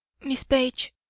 miss page,